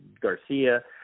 Garcia